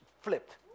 flipped